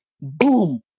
boom